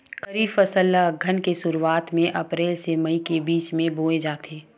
खरीफ फसल ला अघ्घन के शुरुआत में, अप्रेल से मई के बिच में बोए जाथे